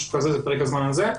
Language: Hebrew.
משהו כזה, זה פרק הזמן הזה,